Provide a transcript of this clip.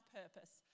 purpose